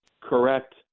correct